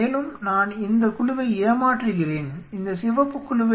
மேலும் நான் இந்தக் குழுவை ஏமாற்றுகிறேன் இந்த சிவப்பு குழுவை